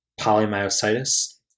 polymyositis